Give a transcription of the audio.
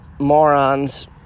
Morons